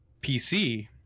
PC